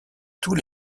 tous